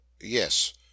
Yes